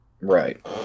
Right